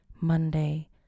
Monday